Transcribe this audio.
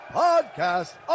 podcast